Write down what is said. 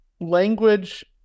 language